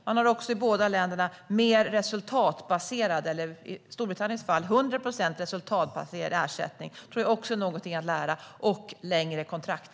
Man har också i båda länderna mer resultatbaserade ersättningar - i Storbritanniens fall 100 procent resultatbaserad ersättning. Det tror jag också är någonting att lära av. De har också längre kontrakt.